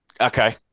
Okay